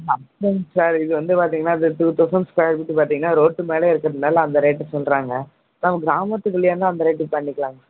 அப்படி இல்லைங்க சார் இது வந்து பார்த்தீங்கன்னா இது டூ தௌசண்ட் ஸ்கொயர் ஃபீட்டு பாத்தீங்கன்னா ரோட்டு மேலே இருக்கறதுனால அந்த ரேட்டு சொல்றாங்க நம்ம கிராமத்துக்குள்ளேயன்னா அந்த ரேட்டுக்கு பண்ணிக்கலாங்க சார்